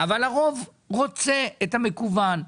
אבל הרוב רוצה את המקוון,